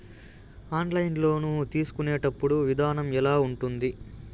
online loan తీసుకునేటప్పుడు విధానం ఎలా ఉంటుంది